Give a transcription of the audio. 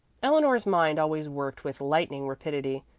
eleanor's mind always worked with lightning rapidity,